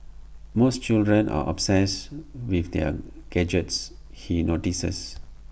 most children are obsessed with their gadgets he notices